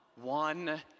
one